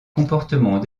comportements